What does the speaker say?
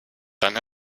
dann